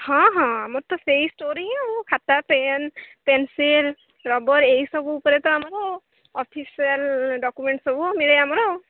ହଁ ହଁ ଆମର ତ ସେଇ ଷ୍ଟୋରୀ ହିଁ ଆଉ ଖାତା ପେନ୍ ପେନ୍ସିଲ୍ ରବର୍ ଏଇସବୁ ଉପରେ ତ ଆମର ଅଫିସିଆଲ୍ ଡ଼କ୍ୟୁମେଣ୍ଟ ସବୁ ମିଳେ ଆମର ଆଉ